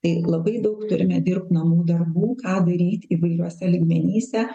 tai juk labai daug turime dirbt namų darbų ką daryti įvairiuose lygmenyse